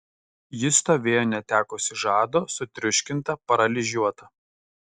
ji stovėjo netekusi žado sutriuškinta paralyžiuota